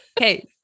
okay